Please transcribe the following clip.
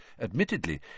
Admittedly